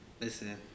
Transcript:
Listen